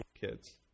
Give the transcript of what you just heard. kids